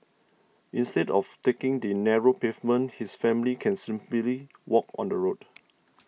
instead of taking the narrow pavement his family can simply walk on the road